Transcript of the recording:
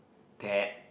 that